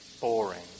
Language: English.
Boring